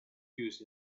used